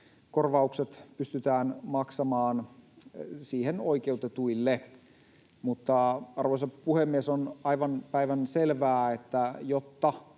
korvaukset pystytään maksamaan niihin oikeutetuille. Arvoisa puhemies! On aivan päivänselvää, että jotta